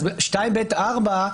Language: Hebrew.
אז 2ב(4),